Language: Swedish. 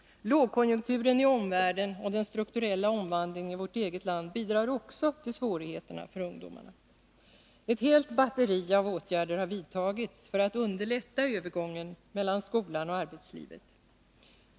Lågkonjunkturen i omvärlden och den strukturella omvandlingen i vårt eget land bidrar också till svårigheterna för ungdomarna. Ett helt batteri av åtgärder har genomförts för att underlätta övergången mellan skolan och arbetslivet.